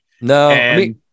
No